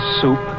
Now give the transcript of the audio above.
soup